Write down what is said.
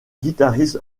guitariste